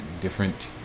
different